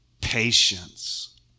patience